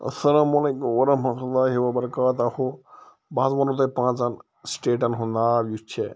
اَلسَلام علیکُم وَرحمتُہ اللہِ وَبَرَکاتہ بہٕ حظ وَنہو تۄہہِ پانٛژَن سٹیٹَن ہُنٛد ناو یُس چھِ